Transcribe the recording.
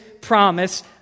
promise